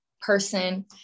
person